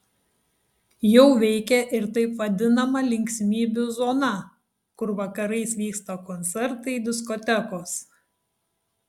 jau veikia ir taip vadinama linksmybių zona kur vakarais vyksta koncertai diskotekos